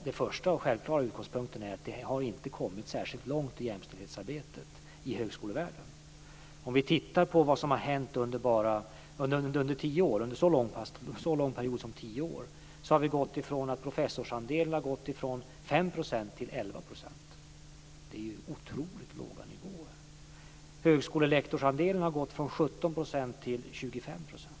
Den första och självklara utgångspunkten är att man inte har kommit särskilt långt i jämställdhetsarbetet i högskolevärlden. Om vi tittar på vad som har hänt under en så lång period som tio år har andelen kvinnliga professorer ökat från 5 % till 11 %. Det är ju otroligt låga nivåer. Andelen kvinnliga högskolelektorer har ökat från 17 % till 25 %.